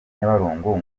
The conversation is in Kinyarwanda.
nyabarongo